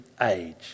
age